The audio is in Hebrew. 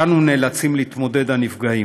שאתו נאלצים להתמודד הנפגעים,